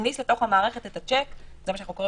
שמכניס לתוך המערכת את השיק מה שאנחנו קוראים